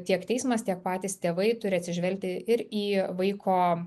tiek teismas tiek patys tėvai turi atsižvelgti ir į vaiko